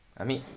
I mean